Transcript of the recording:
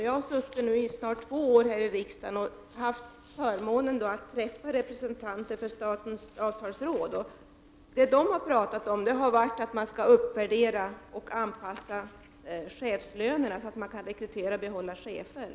Jag har suttit i riksdagen i snart två år och har haft förmånen att träffa representanter för statens avtalsråd, och vad de har talat om är att chefslönerna skall uppvärderas och anpassas, så att det går att rekrytera och behålla chefer.